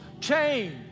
change